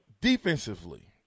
Defensively